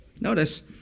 Notice